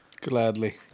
Gladly